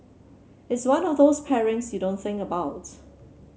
it's one of those pairings you don't think about